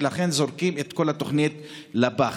ולכן זורקים את כל התוכנית לפח.